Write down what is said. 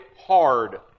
hard